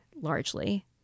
largely